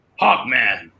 Hawkman